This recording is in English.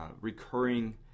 recurring